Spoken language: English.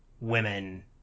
women